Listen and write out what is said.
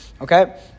Okay